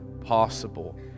possible